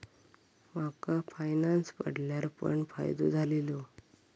माका फायनांस पडल्यार पण फायदो झालेलो